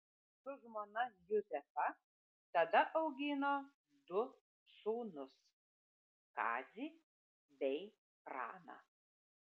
su žmona juzefa tada augino du sūnus kazį bei praną